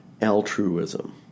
altruism